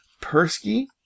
Persky